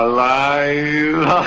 Alive